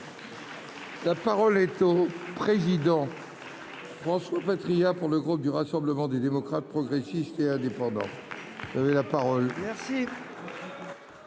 La parole est à M. François Patriat, pour le groupe Rassemblement des démocrates, progressistes et indépendants.